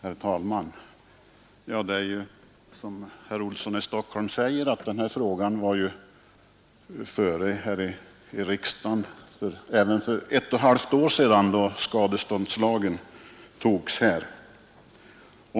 Herr talman! Som herr Olsson i Stockholm säger var denna fråga före i riksdagen för ett och ett halvt år sedan, då skadeståndslagen antogs.